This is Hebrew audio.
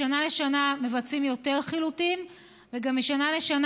משנה לשנה מבצעים יותר חילוטים וגם משנה לשנה